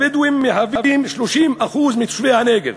הבדואים הם 30% מתושבי הנגב.